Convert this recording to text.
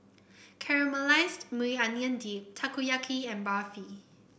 Caramelized Maui Onion Dip Takoyaki and Barfi